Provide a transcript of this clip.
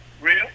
Real